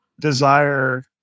desire